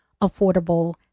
affordable